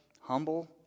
humble